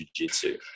jujitsu